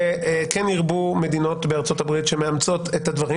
כן ירבו מדינות בארה"ב שמאמצות את הדברים